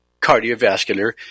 cardiovascular